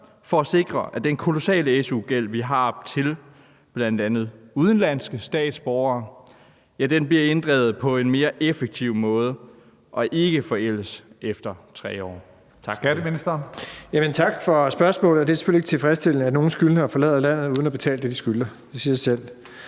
for at sikre, at den kolossale su-gæld fra bl.a. udenlandske studerende bliver inddrevet på en mere effektiv måde og ikke forældes efter 3 år?